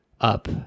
up